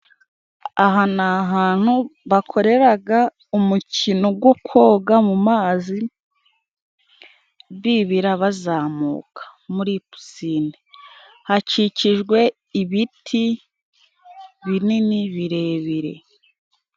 Aha ni ahantu bakoreraga umukino go koga mu mazi bibira, bazamuka muri pisine. Hakikijwe ibiti binini birebire.